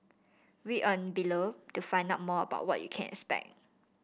read on below to find out more about what you can expect